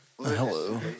hello